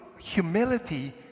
humility